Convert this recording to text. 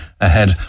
ahead